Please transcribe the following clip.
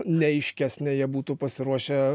neaiškesnė jie būtų pasiruošę